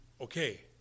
Okay